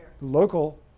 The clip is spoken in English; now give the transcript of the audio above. local